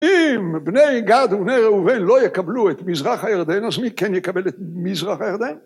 אם בני גד ובני ראובן לא יקבלו את מזרח הירדן, אז מי כן יקבל את מזרח הירדן?